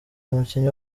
umukinnyi